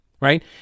right